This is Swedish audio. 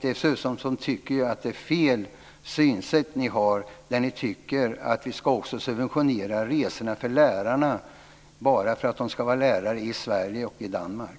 Dessutom tycker jag att det är fel synsätt ni har när ni tycker att vi också ska subventionera resorna för lärarna bara för att de ska vara lärare både i Sverige och Danmark.